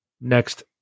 next